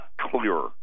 clearer